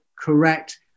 correct